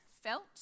felt